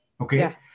Okay